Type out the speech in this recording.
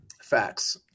Facts